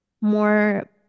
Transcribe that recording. more